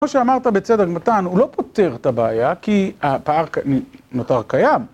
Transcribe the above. כמו שאמרת בצדק מתן, הוא לא פותר את הבעיה, כי הפער נותר קיים.